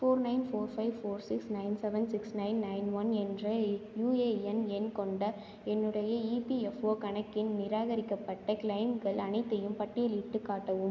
four nine four five four six nine seven six nine nine one என்ற UAN எண் கொண்ட என்னுடைய EPFO கணக்கின் நிராகரிக்கப்பட்ட கிளெய்ம்கள் அனைத்தையும் பட்டியலிட்டுக் காட்டவும்